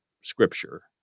Scripture